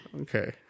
Okay